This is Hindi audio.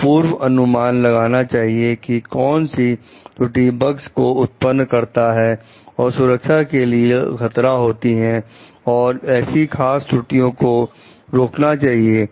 तो पूर्व अनुमान लगाना चाहिए कि कौन सी त्रुटि बगस को उत्पन्न करता है और सुरक्षा के लिए खतरा होता है और ऐसी खास त्रुटियों को रोकना चाहिए